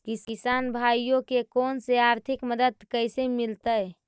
किसान भाइयोके कोन से आर्थिक मदत कैसे मीलतय?